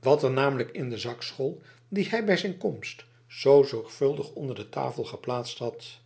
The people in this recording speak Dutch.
wat of er namelijk in den zak school dien hij bij zijn komst zoo zorgvuldig onder de tafel geplaatst had